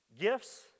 gifts